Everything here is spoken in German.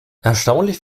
erstaunlich